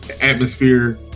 atmosphere